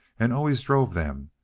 and always drove them,